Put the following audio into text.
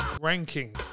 Ranking